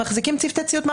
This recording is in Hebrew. לא נכון, מחזיקים צוותי ציות.